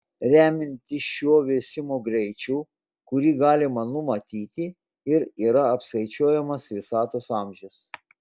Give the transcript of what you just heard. remiantis šiuo vėsimo greičiu kurį galima numatyti ir yra apskaičiuojamas visatos amžius